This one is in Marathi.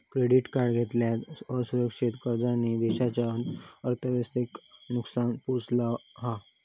क्रेडीट कार्ड घेतलेल्या असुरक्षित कर्जांनी देशाच्या अर्थव्यवस्थेक नुकसान पोहचवला हा